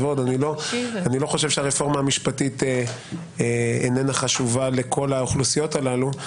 אני לא חושב שהרפורמה המשפטית אינה חשובה עבור כל האוכלוסיות הללו,